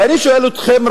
ואני שואל אתכם,